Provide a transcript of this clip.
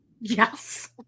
yes